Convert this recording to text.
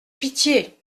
pitié